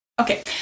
Okay